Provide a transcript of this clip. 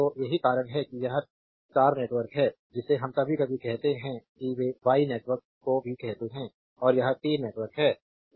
तो यही कारण है कि यह स्टारनेटवर्क है जिसे हम कभी कभी कहते हैं कि वे वाई नेटवर्क को भी कहते हैं और यह टी नेटवर्क है